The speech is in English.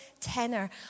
tenor